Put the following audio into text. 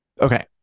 Okay